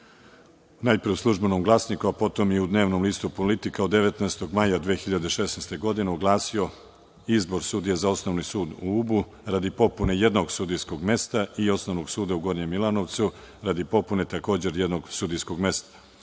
najpre u „Službenom glasniku“, a potom i u dnevnom listu „Politika“ od 19. maja 2016. godine, oglasio izbor sudija za Osnovni sud u Ubu, radi popune jednog sudijskog mesta i Osnovnog suda u Gornjem Milanovcu, radi popune jednog sudijskog mesta.U